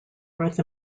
north